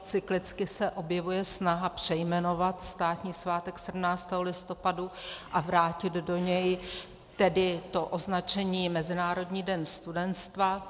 Cyklicky se objevuje snaha přejmenovat státní svátek 17. listopadu a vrátit do něj tedy to označení Mezinárodní den studenstva.